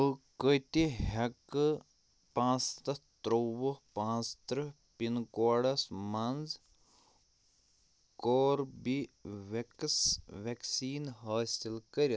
بہٕ کتہِ ہٮ۪کہٕ پانٛژھ سَتتھ ترٛوٚوُہ پانٛژٕتٕرہ پِن کوڈس مَنٛز کوربِویٚکس ویکسیٖن حٲصِل کٔرِتھ